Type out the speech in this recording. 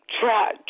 try